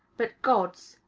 but god's,